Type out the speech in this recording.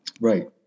Right